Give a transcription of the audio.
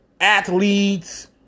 athletes